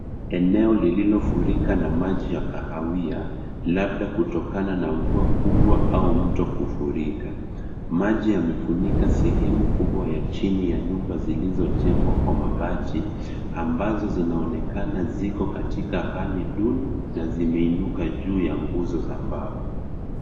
Eneo lililofurika na maji ya kahawia labda kutokana na mvua kubwa au mto kufurika. Maji yamefunika sehemu kubwa ya chini ya nyumba zilizonjengwa kwa mambati ambazo zinaonekana ziko katika hali duni na zimeinuka juu ya nguzo za mbao.